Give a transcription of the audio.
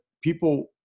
people